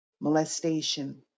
molestation